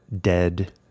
dead